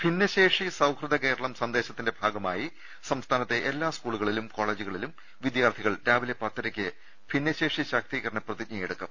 ഭിന്നശേഷി സൌഹൃദ കേരളം സന്ദേശത്തിന്റെ ഭാഗമായി സംസ്ഥാനത്തെ എല്ലാ സ്കൂളുകളിലും കോളജുകളിലും വിദ്യാർഥികൾ രാവിലെ പത്തരയ്ക്ക് ഭിന്നശേഷി ശാക്തീകരണ പ്രതിജ്ഞയെടുക്കും